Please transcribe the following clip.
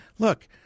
Look